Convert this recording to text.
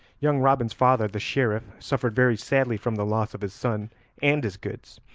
young robin's father, the sheriff, suffered very sadly from the loss of his son and his goods,